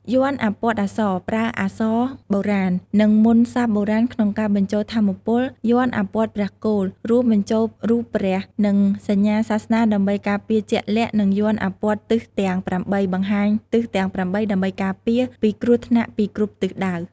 យ័ន្តអាព័ទ្ធអក្សរ ប្រើអក្សរបុរាណ និងមន្តសព្ទបុរាណក្នុងការបញ្ចូលថាមពល យ័ន្តអាព័ទ្ធព្រះគោល រួមបញ្ចូលរូបព្រះ និងសញ្ញាសាសនាដើម្បីការពារជាក់លាក់ និងយ័ន្តអាព័ទ្ធទិសទាំង ៨ បង្ហាញទិសទាំង ៨ ដើម្បីការពារ ពីគ្រោះថ្នាក់ពីគ្រប់ទិសដៅ។